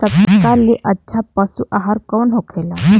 सबका ले अच्छा पशु आहार कवन होखेला?